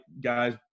guys